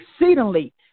exceedingly